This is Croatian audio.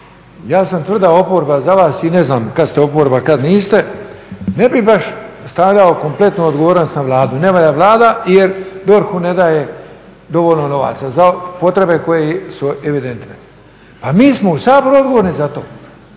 Ja sam tvrda oporba, za vas i ne znam kad ste oporba, kad niste, ne bih baš stavljao kompletnu odgovornost na Vladu. Ne valja Vlada jer DORH-u ne daje dovoljno novaca za potrebe koje su evidentne. Pa mi smo u Saboru odgovorni za to.